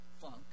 funk